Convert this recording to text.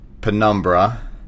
penumbra